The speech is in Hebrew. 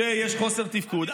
כשיש חוסר תפקוד,